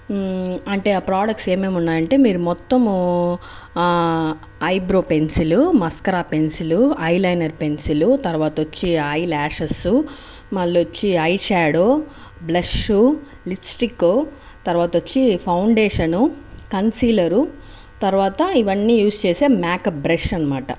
అంటే ఆ ప్రొడక్ట్స్ ఏమి ఏమి ఉన్నాయి అంటే మీరు మొత్తము eyebrow pencil mascara pencil eyeliner pencil తర్వాత వచ్చి ఐల్యాషస్ మళ్ళీ వచ్చి ఐషాడో బ్లెషూ లిప్స్టికు తర్వాత వచ్చి ఫౌండేషను కన్సిలర్ తర్వాత ఇవన్నీ యూస్ చేసే మేకప్ బ్రష్ అనమాట